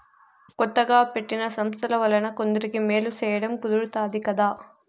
కొత్తగా పెట్టిన సంస్థల వలన కొందరికి మేలు సేయడం కుదురుతాది కదా